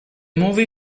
movie